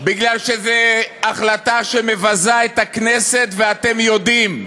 מפני שזו החלטה שמבזה את הכנסת, ואתם יודעים,